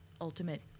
ultimate